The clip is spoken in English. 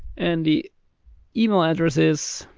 and the email address is